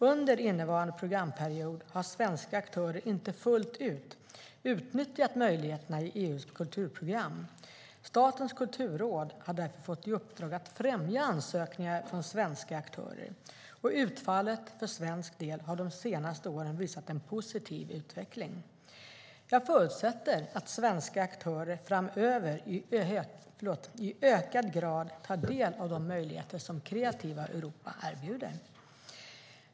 Under innevarande programperiod har svenska aktörer inte fullt utnyttjat möjligheterna i EU:s kulturprogram. Statens kulturråd har därför fått i uppdrag att främja ansökningar från svenska aktörer. Utfallet för svensk del har de senaste åren visat en positiv utveckling. Jag förutsätter att svenska aktörer framöver i ökad grad tar del av de möjligheter som Kreativa Europa erbjuder.